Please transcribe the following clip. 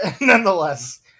Nonetheless